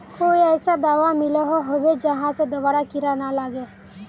कोई ऐसा दाबा मिलोहो होबे जहा से दोबारा कीड़ा ना लागे?